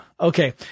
Okay